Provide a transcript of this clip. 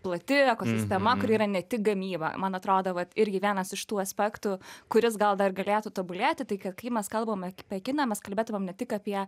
plati ekosistema kuri yra ne tik gamyba man atrodo vat irgi vienas iš tų aspektų kuris gal dar galėtų tobulėti tai kai mes kalbam apie kiną mes kalbėtumėm ne tik apie